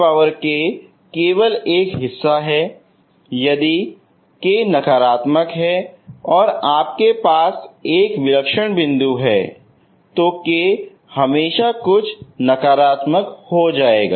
xk केवल एक हिस्सा है यदि k नकारात्मक है और आपके पास एक विलक्षण बिंदु है k हमेशा कुछ नकारात्मक हो जाएगा